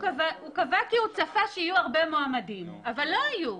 הוא קבע כי הוא צפה שיהיו הרבה מועמדים אבל לא היו,